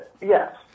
Yes